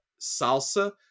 Salsa